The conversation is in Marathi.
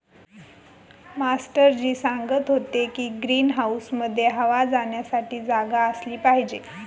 मास्टर जी सांगत होते की ग्रीन हाऊसमध्ये हवा जाण्यासाठी जागा असली पाहिजे